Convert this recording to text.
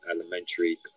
elementary